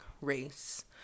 race